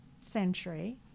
century